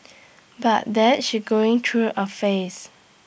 but that she's going through A phase